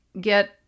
get